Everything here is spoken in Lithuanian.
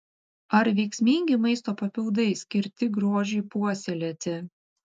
ar veiksmingi maisto papildai skirti grožiui puoselėti